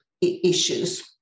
issues